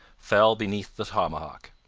fell beneath the tomahawk.